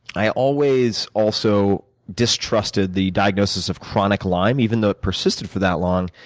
i always also distrusted the diagnosis of chronic lyme, even though it persisted for that long.